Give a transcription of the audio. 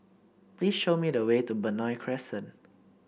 please show me the way to Benoi Crescent